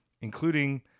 including